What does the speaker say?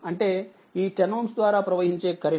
అంటే ఈ 10Ω ద్వారా ప్రవహించే కరెంట్